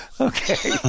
Okay